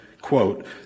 quote